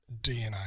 dna